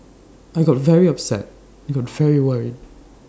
I got very upset I got very worried